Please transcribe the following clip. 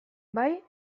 bai